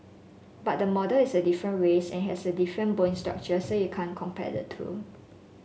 but the model is a different race and has a different bone structure so you can't compare the two